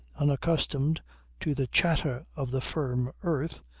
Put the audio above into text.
unaccustomed to the chatter of the firm earth,